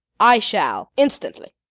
i shall instantly.